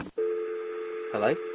Hello